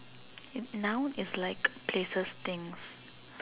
noun is like places things